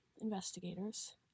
investigators